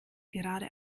gerade